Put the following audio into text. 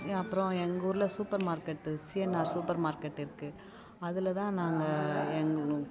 அப்பறம் எங்கள் ஊரில் super market C N R super market இருக்குது அதில் தான் நாங்கள் எங்கள்